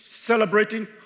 celebrating